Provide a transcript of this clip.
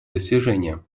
достижения